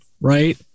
right